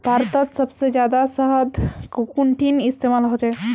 भारतत सबसे जादा शहद कुंठिन इस्तेमाल ह छे